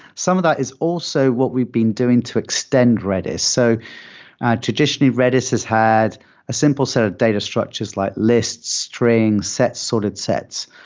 some of that is also what we've been doing to extend redis. so traditionally, redis has had a simple set of data structures like lists, strings, sorted sets.